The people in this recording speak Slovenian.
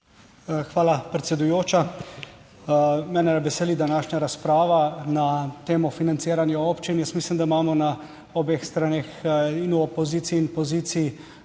Hvala predsedujoča. Mene veseli današnja razprava na temo financiranja občin. Jaz mislim, da imamo na obeh straneh, in v opoziciji in poziciji,